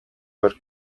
were